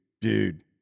dude